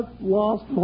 lost